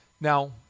Now